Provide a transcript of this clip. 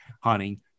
hunting